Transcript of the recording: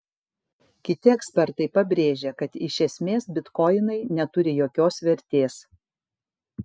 kiti ekspertai pabrėžia kad iš esmės bitkoinai neturi jokios vertės